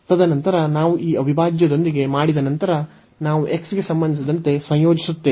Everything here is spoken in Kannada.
ತದನಂತರ ನಾವು ಈ ಅವಿಭಾಜ್ಯದೊಂದಿಗೆ ಮಾಡಿದ ನಂತರ ನಾವು x ಗೆ ಸಂಬಂಧಿಸಿದಂತೆ ಸಂಯೋಜಿಸುತ್ತೇವೆ